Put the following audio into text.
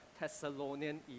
Thessalonian